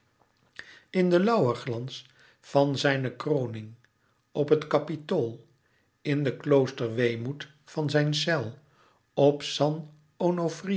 in den lauwerglans van zijne kroning op het kapitool in den kloosterweemoed van zijn cel op